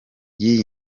iyi